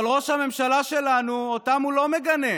אבל ראש הממשלה שלנו, אותם הוא לא מגנה,